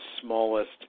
smallest